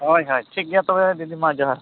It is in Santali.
ᱦᱳᱭ ᱦᱳᱭ ᱴᱷᱤᱠ ᱜᱮᱭᱟ ᱛᱚᱵᱮ ᱫᱤᱫᱤ ᱢᱟ ᱡᱚᱦᱟᱨ